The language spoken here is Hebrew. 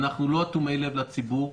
אנחנו לא אטומי לב לציבור.